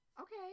Okay